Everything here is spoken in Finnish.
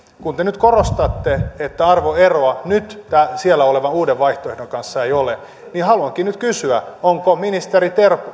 kun te korostatte että arvoeroa nyt siellä olevan uuden vaihtoehdon kanssa ei ole niin haluankin kysyä onko ministeri